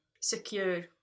secure